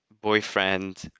boyfriend